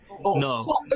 no